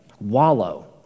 wallow